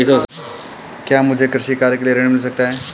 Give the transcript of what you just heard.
क्या मुझे कृषि कार्य के लिए ऋण मिल सकता है?